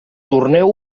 torneu